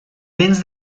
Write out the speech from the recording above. dents